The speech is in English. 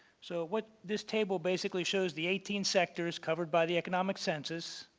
so what this table basically shows the eighteen sectors covered by the economic census.